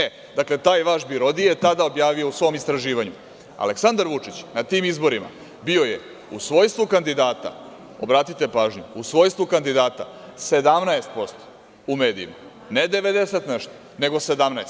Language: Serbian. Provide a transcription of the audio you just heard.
E, taj vaš BIRODI je tada objavio u svom istraživanju - Aleksandar Vučić na tim izborima bio je u svojstvu kandidata, obratite pažnju, u svojstvu kandidata 17% u medijima, ne devedeset i nešto, nego 17%